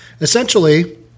Essentially